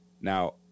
Now